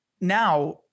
Now